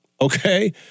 Okay